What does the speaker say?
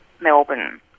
Melbourne